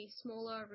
smaller